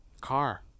car